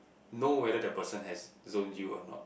know whether the person has zone you or not